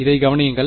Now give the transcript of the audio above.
இதைக் கவனியுங்கள்